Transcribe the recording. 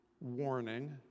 warning